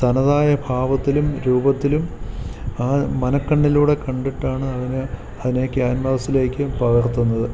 തനതായ ഭാവത്തിലും രൂപത്തിലും ആ മനക്കണ്ണിലൂടെ കണ്ടിട്ടാണ് അവന് അതിനെ ക്യാൻവാസിലേക്ക് പകർത്തുന്നത്